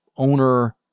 Owner